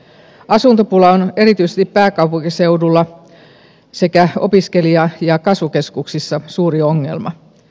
asuntopula on erityisesti pääkaupunkiseudulla sekä opiskelija ja kasvukeskuksissa suuri ongelma